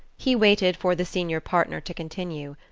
he waited for the senior partner to continue.